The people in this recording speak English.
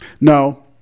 No